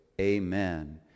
Amen